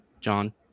john